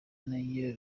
nayo